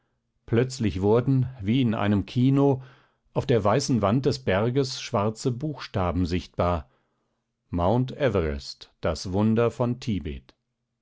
plötzlich wurden wie in einem kino auf der weißen wand des berges schwarze buchstaben sichtbar mount everest das wunder von tibet